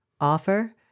offer